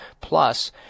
Plus